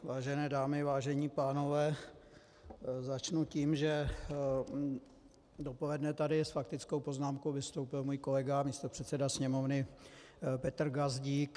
Vážené dámy, vážení pánové, začnu tím, že dopoledne tady s faktickou poznámkou vystoupil můj kolega, místopředseda Sněmovny Petr Gazdík.